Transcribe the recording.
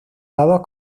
dados